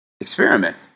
experiment